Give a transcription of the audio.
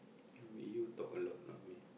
they make you talk a lot not me